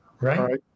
right